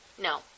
No